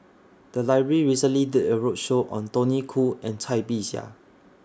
The Library recently did A roadshow on Tony Khoo and Cai Bixia